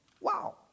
Wow